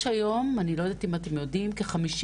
יש היום - אני לא יודעת אם אתם יודעים כ-50